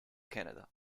canada